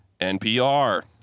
NPR